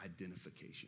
identification